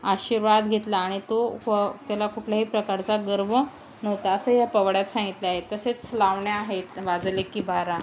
आशीर्वाद घेतला आणि तो प त्याला कुठल्याही प्रकारचा गर्व नव्हता असं या पोवाड्यात सांगितले आहे तसेच लावण्या आहेत वाजले की बारा